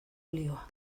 olioa